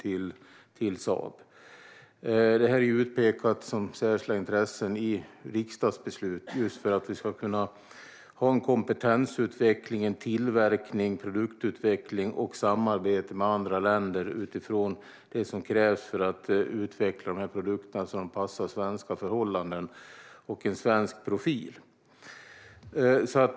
Detta är utpekat som särskilda intressen i riksdagsbeslut just för att vi ska kunna ha kompetensutveckling, tillverkning, produktutveckling och samarbete med andra länder utifrån det som krävs för att utveckla dessa produkter så att de passar svenska förhållanden och en svensk profil.